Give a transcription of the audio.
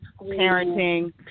parenting